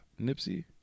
Nipsey